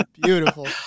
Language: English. beautiful